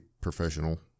professional